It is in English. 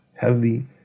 heavy